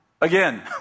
again